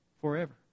forever